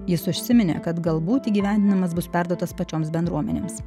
jis užsiminė kad galbūt įgyvendinimas bus perduotas pačioms bendruomenėms